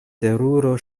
teruro